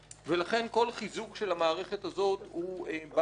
לכן כל חיזוק של המערכת הזו הוא בעייתי